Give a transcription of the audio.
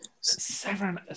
seven